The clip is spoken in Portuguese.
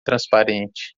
transparente